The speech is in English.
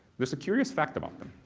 there's a curious fact about them.